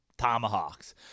Tomahawks